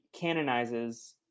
canonizes